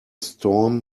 storm